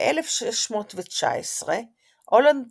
ב-1619 הולנד